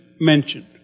mentioned